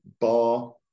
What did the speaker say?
bar